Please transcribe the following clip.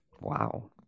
Wow